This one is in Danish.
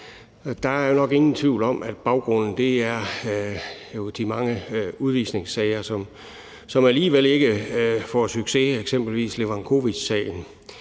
Der er nok ingen tvivl om, at baggrunden jo er de mange udvisningssager, som vi alligevel ikke får succes med, eksempelvis Levakovicsagen.